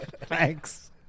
Thanks